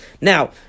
Now